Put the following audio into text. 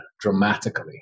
dramatically